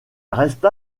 resta